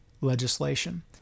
legislation